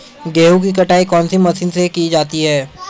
गेहूँ की कटाई कौनसी मशीन से की जाती है?